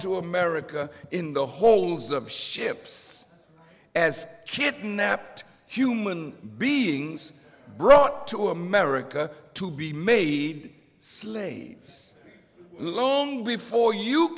to america in the holes of ships as kidnapped human beings brought to america to be made slaves long before you